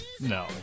No